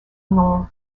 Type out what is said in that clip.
nom